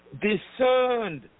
discerned